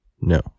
no